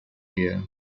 ehe